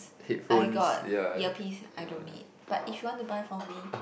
I got earpiece I don't need but if you want to buy for me